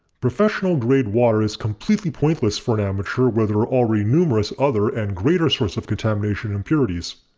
professional grade water is completely pointless for an amaetur where there are already numerous other and greater sources of contamination and impurities.